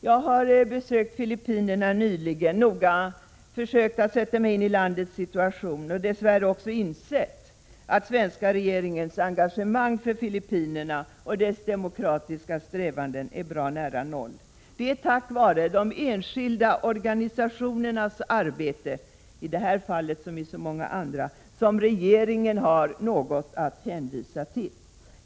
Jag har besökt Filippinerna nyligen, noga försökt att sätta mig in i landets situation och dess värre också insett att den svenska regeringens engagemang för Filippinerna och dess demokratiska strävanden är bra nära noll. Det är tack vare de enskilda organisationernas arbete, i det här fallet som i så många andra, som regeringen har något att hänvisa till.